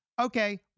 okay